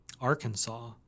Arkansas